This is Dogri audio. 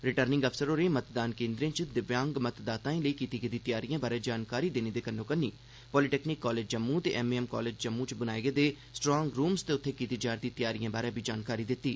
रिटर्निंग अफसर होरें मतदान केन्द्रैं च दिव्यांग मतदाताएं लेई कीती गेदी तैयारिएं बारै जानकारी देने दे कन्नो कन्नी पालिटेक्निक कालेज जम्मू ते M A M college Jammu च बनाए गेदे स्ट्रांग रूमस ते उत्थैं कीती जा'रदी तैयारिएं बारै बी जानकारी दित्ती